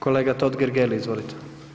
Kolega Totgergeli izvolite.